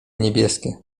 niebieskie